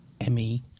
Emmy